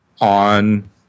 on